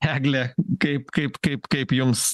egle kaip kaip kaip kaip jums